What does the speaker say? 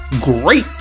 great